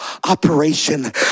operation